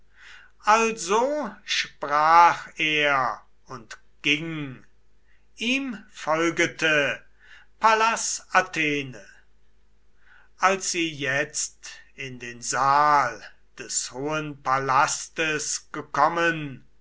also sprach er und ging ihm folgete pallas athene als sie jetzt in den saal des hohen palastes gekommen